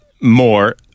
more